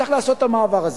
צריך לעשות את המעבר הזה.